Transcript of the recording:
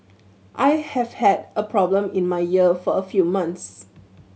I have had a problem in my ear for a few months